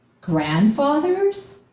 grandfathers